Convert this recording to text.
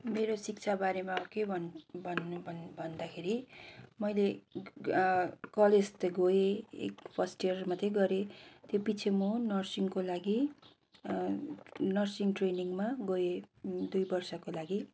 मेरो शिक्षाबारेमा के भन्नु भन्नु भन्दाखेरि मैले कलेज चाहिँ गएँ एक फर्स्ट इयर मात्रै गरे त्योपिछे म नर्सिङको लागि नर्सिङ ट्रेनिङमा गएँ दुई वर्षको लागि